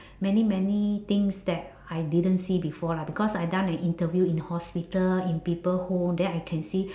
many many things that I didn't see before lah because I've done a interview in hospital in people home then I can see